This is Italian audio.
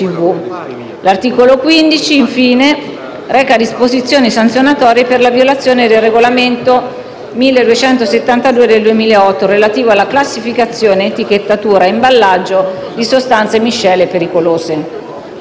L'articolo 15, infine, reca disposizioni sanzionatorie per la violazione del Regolamento CE n. 1272/2008, relativo alla classificazione, all'etichettatura e all'imballaggio di sostanze e miscele pericolose.